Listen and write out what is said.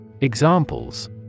Examples